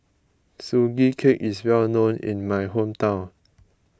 Sugee Cake is well known in my hometown